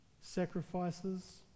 sacrifices